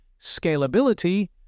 scalability